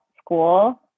school